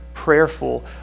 Prayerful